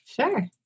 Sure